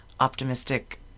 optimistic